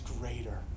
greater